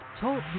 talk